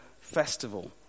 festival